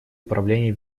управления